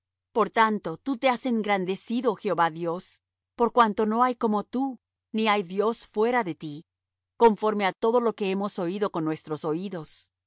por tanto tú te has engrandecido jehová dios por cuanto no hay como tú ni hay dios fuera de ti conforme á todo lo que hemos oído con nuestros oídos